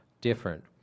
different